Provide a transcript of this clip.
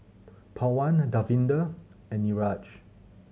Pawan Davinder and Niraj